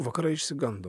vakarai išsigando